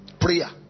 Prayer